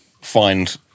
find